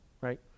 right